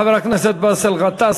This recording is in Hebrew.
לחבר הכנסת באסל גטאס,